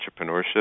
entrepreneurship